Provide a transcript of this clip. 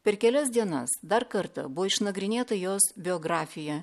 per kelias dienas dar kartą buvo išnagrinėta jos biografija